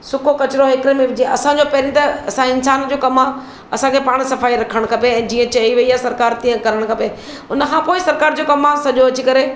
सुको कचिरो हिकिड़े में विझिजे असांजो पहिरीं त असां इंसान जो कमु आहे असांखे पाण सफ़ाई रखणु खपे ऐं जीअं चई वेई आहे सरकारि तीअं करणु खपे उनखां पोइ सरकारि जो कमु आहे सॼो अची करे